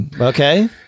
okay